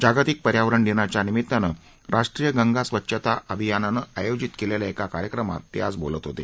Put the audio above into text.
जागतिक पर्यावरण दिनाच्या निमित्ताने राष्ट्रीय गंगा स्वच्छता अभियानानं आयोजित केलेल्या एका कार्यक्रमात ते आज बोलत होते